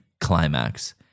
climax